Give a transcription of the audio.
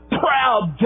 proud